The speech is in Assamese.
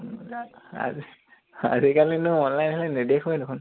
আ আজিকালিনো অনলাইন আহিলে নেদেখোৱে দেখোন